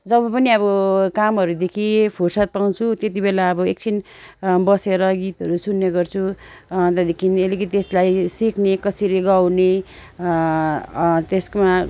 जब पनि अब कामहरूदेखि फुर्सद पाउँछु त्यतिबेला अब एकछिन बसेर गीतहरू सुन्ने गर्छु त्याँदेखिन् अलिकिति त्यस्लाई सिक्ने कसरी गाउने त्यस्कोमा